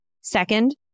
Second